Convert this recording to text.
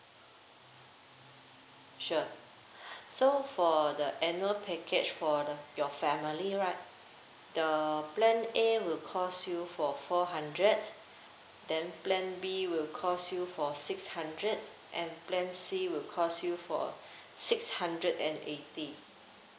sure so for the annual package for the your family right the plan A will cost you for four hundred then plan B will cost you for six hundred and plan C will cost you for six hundred and eighty